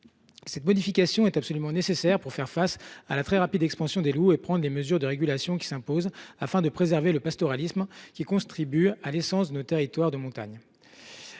Cette modification est absolument nécessaire pour faire face à la très rapide expansion des loups et prendre les mesures de régulation qui s’imposent, afin de préserver le pastoralisme qui contribue à l’essence de nos territoires de montagne.